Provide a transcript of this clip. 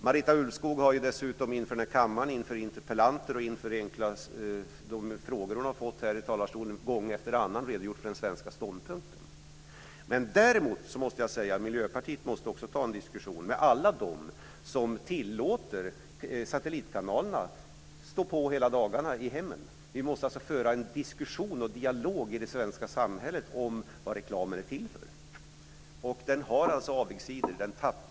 Marita Ulvskog har dessutom inför kammaren, inför interpellanter och frågeställare här i talarstolen gång efter annan redogjort för den svenska ståndpunkten. Däremot måste jag säga att Miljöpartiet också måste ta en diskussion med alla dem som tillåter att satellitkanalerna står på hela dagarna i hemmen. Vi måste föra en dialog i det svenska samhället om vad reklamen är till för. Den har alltså avigsidor.